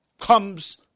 comes